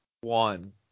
one